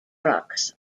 trucks